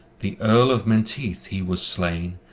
the earl of menteith he was slain.